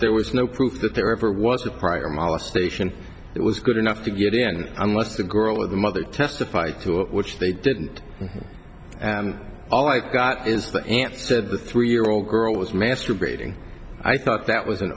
there was no proof that there ever was a prior molestation it was good enough to get in unless the girl or the mother testified to it which they didn't and all i got is the aunt said the three year old girl was masturbating i thought that was an